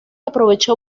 aprovechó